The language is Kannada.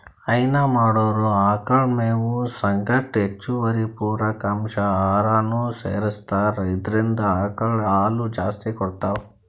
ಹೈನಾ ಮಾಡೊರ್ ಆಕಳ್ ಮೇವ್ ಸಂಗಟ್ ಹೆಚ್ಚುವರಿ ಪೂರಕ ಅಂಶ್ ಆಹಾರನೂ ಸೆರಸ್ತಾರ್ ಇದ್ರಿಂದ್ ಆಕಳ್ ಹಾಲ್ ಜಾಸ್ತಿ ಕೊಡ್ತಾವ್